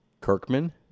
Kirkman